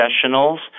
professionals